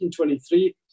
1923